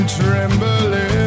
trembling